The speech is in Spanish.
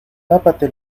tápate